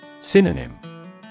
Synonym